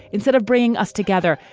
instead of bringing us together,